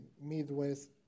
Midwest